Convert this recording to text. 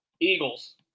Eagles